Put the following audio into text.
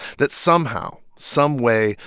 that somehow, some way,